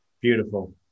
beautiful